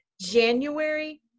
January